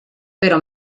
però